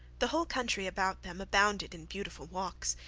the whole country about them abounded in beautiful walks.